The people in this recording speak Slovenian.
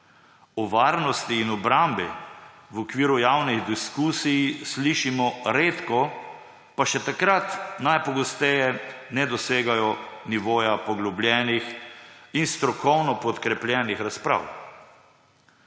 O varnosti in obrambi v okviru javni diskusiji slišimo redko, pa še takrat najpogosteje ne dosegajo nivoja poglobljenih in strokovno podkrepljenih razprav.